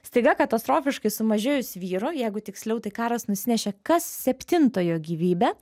staiga katastrofiškai sumažėjus vyrų jeigu tiksliau tai karas nusinešė kas septintojo gyvybę